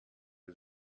his